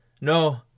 No